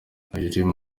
hejuru